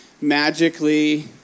magically